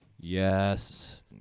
Yes